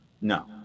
no